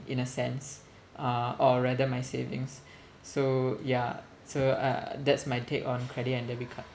in a sense uh or rather my savings so yeah so uh that's my take on credit and debit card